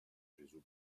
gesù